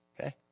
okay